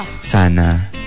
Sana